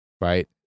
right